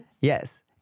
Yes